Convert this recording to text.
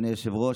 אדוני היושב-ראש,